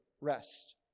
rest